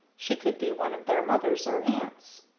she could be one of their mothers or aunts.